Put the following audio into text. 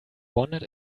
wondered